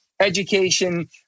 education